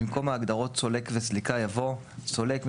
במקום ההגדרות "סולק" ו"סליקה" יבוא: ""סולק"